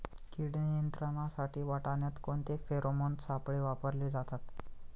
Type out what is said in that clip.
कीड नियंत्रणासाठी वाटाण्यात कोणते फेरोमोन सापळे वापरले जातात?